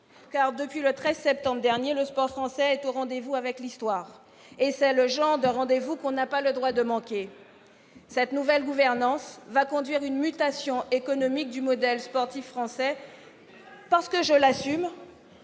car, depuis le 13 septembre dernier, le sport français est au rendez-vous avec l'histoire, et c'est le genre de rendez-vous qu'on n'a pas le droit de manquer. Cette nouvelle gouvernance va conduire à une mutation économique du modèle sportif français, ... Avec une baisse